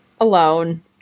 alone